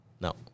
No